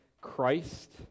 Christ